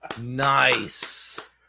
Nice